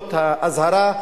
ואורות האזהרה.